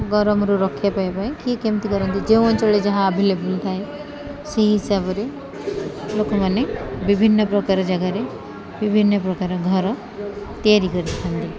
ଗରମରୁ ରକ୍ଷା ପାଇବା ପାଇଁ କିଏ କେମିତି କରନ୍ତି ଯେଉଁ ଅଞ୍ଚଳରେ ଯାହା ଆଭେଲେବୁଲ ଥାଏ ସେହି ହିସାବରେ ଲୋକମାନେ ବିଭିନ୍ନ ପ୍ରକାର ଜାଗାରେ ବିଭିନ୍ନ ପ୍ରକାର ଘର ତିଆରି କରିଥାନ୍ତି